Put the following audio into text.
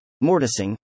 Mortising